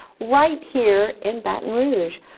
right here in baton rouge.